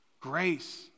grace